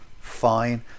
fine